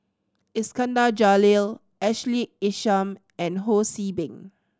Iskandar Jalil Ashley Isham and Ho See Beng